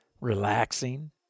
relaxing